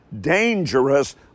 Dangerous